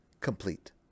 complete